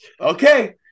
Okay